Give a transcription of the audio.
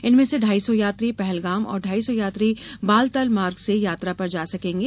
इनमें से ढ़ाई सौ यात्री पहलगाम और ढ़ाई सौ यात्री बालतल मार्ग से यात्रा पर जा सकेंगे